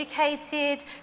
educated